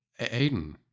Aiden